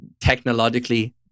technologically